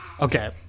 Okay